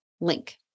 link